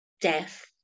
death